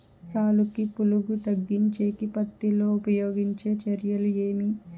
సాలుకి పులుగు తగ్గించేకి పత్తి లో ఉపయోగించే చర్యలు ఏమి?